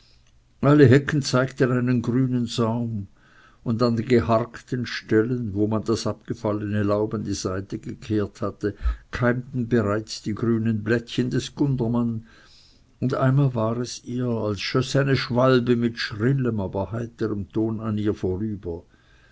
alle hecken zeigten einen grünen saum und an den geharkten stellen wo man das abgefallene laub an die seite gekehrt hatte keimten bereits die grünen blättchen des gundermann und einmal war es ihr als schöss eine schwalbe mit schrillem aber heiterem ton an ihr vorüber